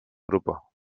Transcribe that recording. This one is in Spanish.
grupo